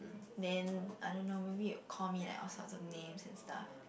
then I don't know maybe will call me like all sorts of name and stuff